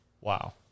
Wow